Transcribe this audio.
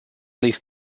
least